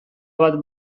bat